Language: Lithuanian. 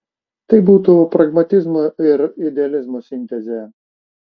tai būtų pragmatizmo ir idealizmo sintezė